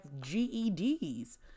GEDs